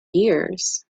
years